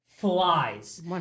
Flies